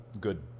good